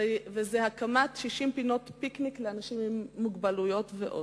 והיתה הקמת 60 פינות פיקניק לאנשים עם מוגבלויות ועוד.